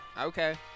okay